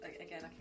again